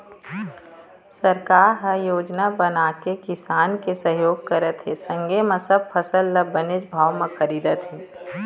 सरकार ह योजना बनाके किसान के सहयोग करत हे संगे म सब फसल ल बनेच भाव म खरीदत हे